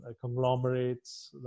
conglomerates